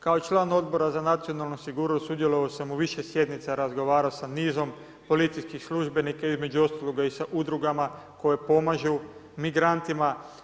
Kao član Odbora za nacionalnu sigurnost sudjelovao sam u više sjednica, razgovarao sa nizom policijskih službenika, između ostaloga i sa Udrugama koje pomažu migrantima.